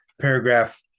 paragraph